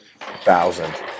Thousand